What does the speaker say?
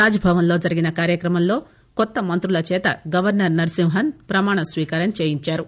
రాజ్భవన్లో జరిగిన కార్యక్రమంలో కొత్త మంతుల చేత గవర్నర్ నరసింహన్ పమాణస్వీకారం చేయించారు